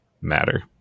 matter